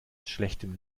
schlechtem